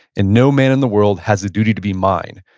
and no man in the world has a duty to be mine.